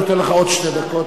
אני נותן לך עוד שתי דקות.